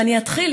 ואני אתחיל,